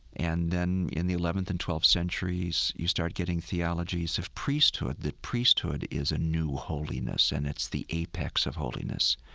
and then in the eleventh and twelfth centuries you start getting theologies of priesthood, that priesthood is a new holiness and it's the apex of holiness.